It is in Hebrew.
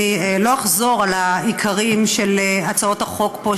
אני לא אחזור על העיקרים של הצעות החוק פה,